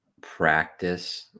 practice